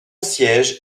siège